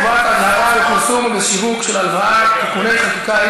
חובת אזהרה בפרסום ובשיווק של הלוואה (תיקוני חקיקה),